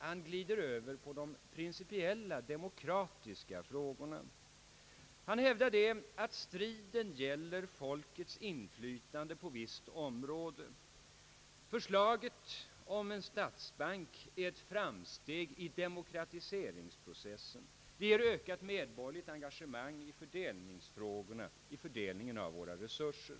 Han glider över på de principiella, demokratiska frågorna. Han hävdar, att striden gäller folkets inflytande på visst område. Förslaget om en statsbank skulle vara ett framsteg i demokratiseringsprocessen. Det skulle öka det medborgerliga engagemanget när det gäller fördelningen av våra resurser.